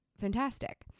fantastic